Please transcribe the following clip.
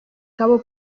cabo